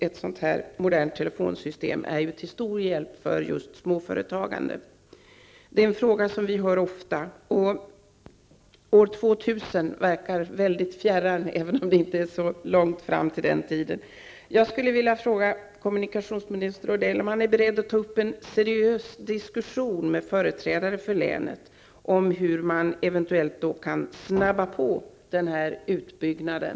Ett sådant här modernt telefonsystem är till stor hjälp just för småföretagandet. Detta är en fråga som vi hör ofta. År 2000 verkar mycket fjärran, även om det inte är så långt fram i tiden. Odell om han är beredd att ta upp en seriös diskussion med företrädare för länet om hur man eventuellt kan skynda på den här utbyggnaden.